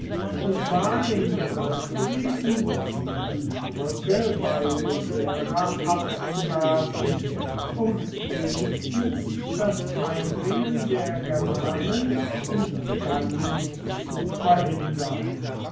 und war im begriff gewesen die brücke bei vetera abzuwerfen um wenigstens das eindringen der germanen in gallien zu verhindern